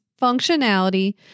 functionality